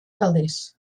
calders